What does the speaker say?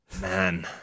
Man